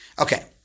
Okay